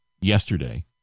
yesterday